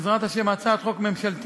בעזרת השם, לקדם הצעת חוק ממשלתית